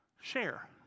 share